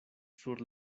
sur